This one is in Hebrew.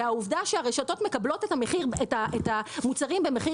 והעובדה שהרשתות מקבלות את המוצרים במחיר